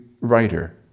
writer